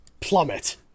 plummet